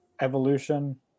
evolution